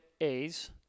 A's